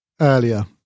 earlier